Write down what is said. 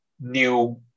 new